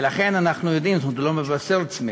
ולכן אנחנו יודעים, זאת אומרת, הוא לא מבשר צמיחה.